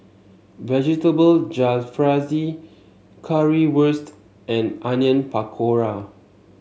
Vegetable Jalfrezi Currywurst and Onion Pakora